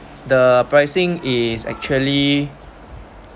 the pricing is actually